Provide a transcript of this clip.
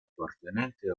appartenente